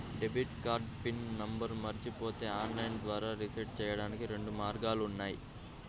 debit card PIN నంబర్ను మరచిపోతే online ద్వారా రీసెట్ చెయ్యడానికి రెండు మార్గాలు ఉన్నాయి